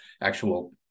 actual